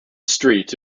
street